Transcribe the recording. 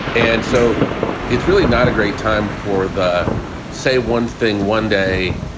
and so it's really not a great time for the say one thing one day.